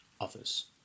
others